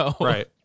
Right